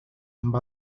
amb